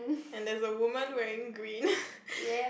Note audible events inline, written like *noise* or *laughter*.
and there's a woman wearing green *laughs*